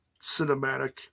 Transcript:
cinematic